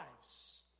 lives